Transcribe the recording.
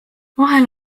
vahel